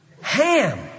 Ham